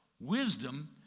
wisdom